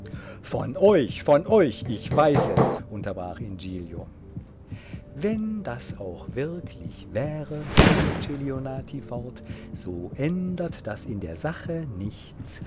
von euch von euch ich weiß es unterbrach ihn giglio wenn das auch wirklich wäre fuhr celionati fort so ändert das in der sache nichts